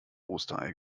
osterei